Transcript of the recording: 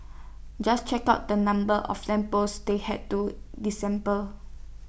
just check out the number of lamp posts they had to disassemble